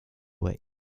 were